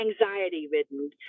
anxiety-ridden